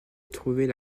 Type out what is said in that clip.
trouvait